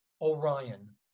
orion